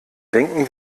denken